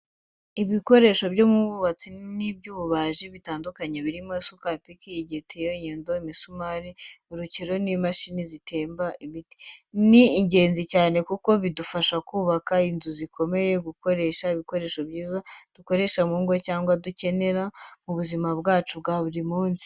Ibikoresho byo mu bwubatsi n'iby'ububaji bitandukanye, birimo isuka, ipiki, igitiyo, inyundo, imisumari, urukero, n’imashini zitema ibiti. Ni ingenzi cyane kuko bidufasha kubaka inzu zikomeye, gukora ibikoresho byiza dukoresha mu rugo cyangwa dukenera mu buzima bwacu bwa buri munsi.